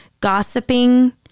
Gossiping